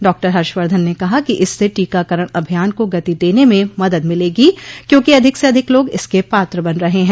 doctor Harshvardhan ने कहा कि इससे टीकाकरण अभियान को गति देने में मदद मिलेगी क्योंकि अधिक से अधिक लोग इसके पात्र बन रहे हैं